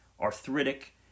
arthritic